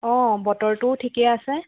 অ' বতৰটোও ঠিকে আছে